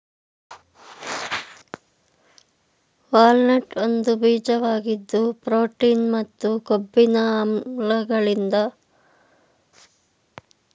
walnut ಒಂದು ಬೀಜವಾಗಿದ್ದು protein ಮತ್ತು ಕೊಬ್ಬಿನ ಆಮ್ಲಗಳಿದ್ದು ತುಂಬ ಪೌಷ್ಟಿಕ ಆಹಾರ್ವಾಗಿದೆ